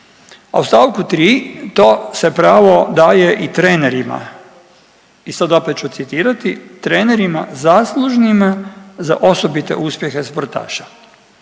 u stavku 3. to se pravo daje i trenerima. I sad opet ću citirati trenerima zaslužnima za osobite uspjehe sportaša.